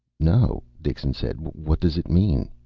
no, dixon said. what does it mean?